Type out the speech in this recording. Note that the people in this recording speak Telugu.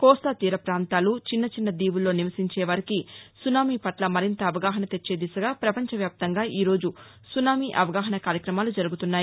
కోస్తాతీర ప్రాంతాలు చిన్న చిన్న దీవుల్లో నివసించే వారికి సునామీ పట్ల మరింత అవగాహన తెచ్చే దిశగా పపంచ వ్యాప్తంగా ఈరోజు సునామీ అవగాహనా కార్యక్రమాలు జరుగుతున్నాయి